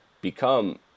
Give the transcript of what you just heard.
become